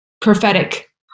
prophetic